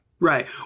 right